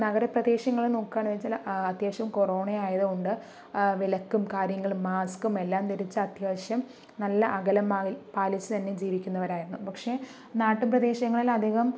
നഗര പ്രദേശങ്ങളിൽ നോക്കുവാണെങ്കിൽ ചില അത്യാവശ്യം കൊറോണ ആയത് കൊണ്ട് വിലക്കും കാര്യങ്ങളും മാസ്കും എല്ലാം ധരിച്ച് അത്യാവശ്യം നല്ല അകലമായി പാലിച്ച് തന്നെ ജീവിക്കുന്നവരായിരുന്നു പക്ഷെ നാട്ടു പ്രദേശങ്ങളിൽ അധികം